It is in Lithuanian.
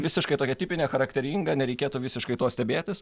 visiškai tokia tipinė charakteringa nereikėtų visiškai tuo stebėtis